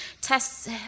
tests